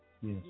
Yes